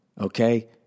Okay